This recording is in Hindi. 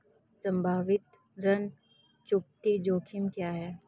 संभावित ऋण चुकौती जोखिम क्या हैं?